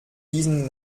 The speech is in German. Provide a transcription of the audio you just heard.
diesen